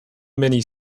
mini